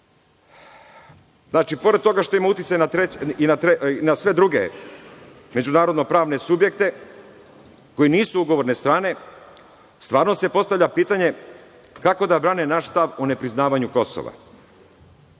znači pored toga što ima uticaj i na sve druge međunarodno-pravne subjekte koji nisu ugovorne strane, stvarno se postavlja pitanje – kako da brane naš stav o ne priznavanju Kosova,